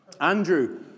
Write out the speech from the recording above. Andrew